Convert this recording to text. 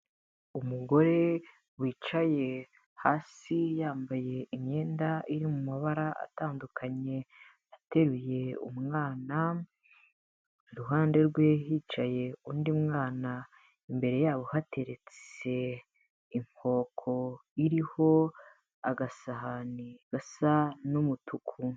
Umugore wicaye hasi, yambaye imyenda iri mu mabara atandukanye. Ateruye umwana, iruhande rwe hicaye undi mwana. Imbere yabo hateretse inkoko iriho agasahani gasa n'umutuku.